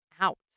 out